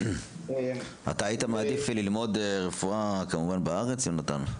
אתה היית מעדיף ללמוד רפואה בארץ, יהונתן?